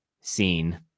seen